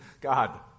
God